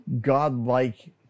God-like